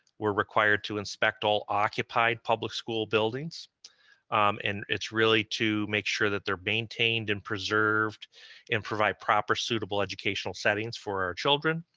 we're required to inspect all occupied public school buildings and it's really to make sure that they're maintained and preserved and provide proper suitable educational settings for our children.